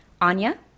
Anya